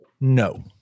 No